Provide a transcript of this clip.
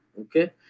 okay